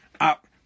up